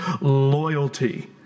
loyalty